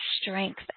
strength